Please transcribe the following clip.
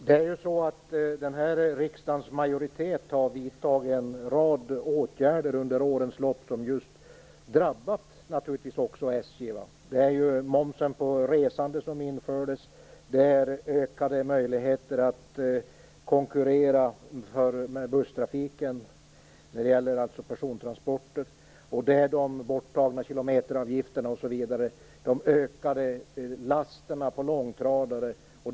Fru talman! Den här riksdagens majoritet har vidtagit en rad åtgärder under årens lopp som också har drabbat SJ. Några exempel är momsen på resande, ökade möjligheter att konkurrera med busstrafik när det gäller persontransporter, de borttagna kilometeravgifterna, de ökade lasterna på långtradare osv.